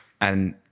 And-